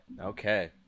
Okay